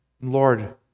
Lord